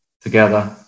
together